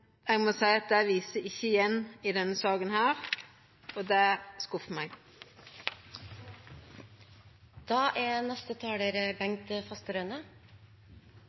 eg må seia at det viser ikkje igjen i denne saka her, og det